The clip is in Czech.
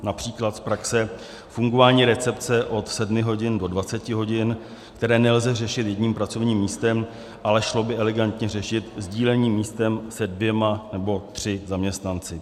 Například z praxe, fungování recepce od 7 hodin do 20 hodin, které nelze řešit jedním pracovním místem, ale šlo by elegantně řešit sdíleným místem se dvěma nebo třemi zaměstnanci.